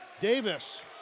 Davis